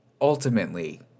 ultimately